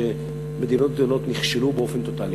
שמדינות גדולות נכשלו באופן טוטלי.